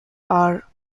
are